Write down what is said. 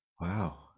Wow